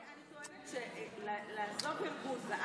אני טוענת שלעזוב ארגון ואז לדבר וללכלך על,